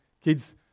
kids